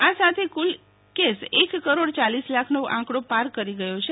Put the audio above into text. આ સાથે કુલ કેસ એક કરોડયાલીસ લાખનો આંકડો પાર કરી ગયા છે